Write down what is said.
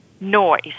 noise